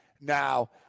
Now